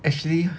actually